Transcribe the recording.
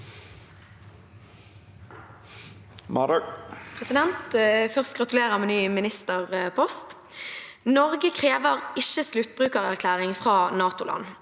Først: Gratulerer med ny ministerpost! «Norge krever ikke sluttbrukererklæring fra NATOland.